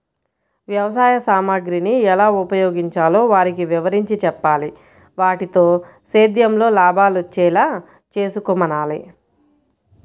వ్యవసాయ సామగ్రిని ఎలా ఉపయోగించాలో వారికి వివరించి చెప్పాలి, వాటితో సేద్యంలో లాభాలొచ్చేలా చేసుకోమనాలి